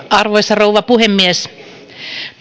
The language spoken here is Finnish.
arvoisa rouva puhemies